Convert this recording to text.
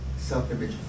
self-image